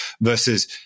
versus